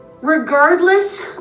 Regardless